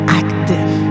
active